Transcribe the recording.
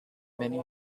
many